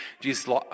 Jesus